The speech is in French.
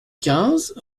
quinze